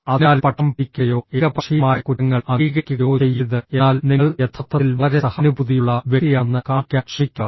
അതിനാൽ പക്ഷം പിടിക്കുകയോ ഏകപക്ഷീയമായ കുറ്റങ്ങൾ അംഗീകരിക്കുകയോ ചെയ്യരുത് എന്നാൽ നിങ്ങൾ യഥാർത്ഥത്തിൽ വളരെ സഹാനുഭൂതിയുള്ള വ്യക്തിയാണെന്ന് കാണിക്കാൻ ശ്രമിക്കുക